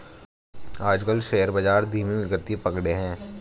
आजकल शेयर बाजार धीमी गति पकड़े हैं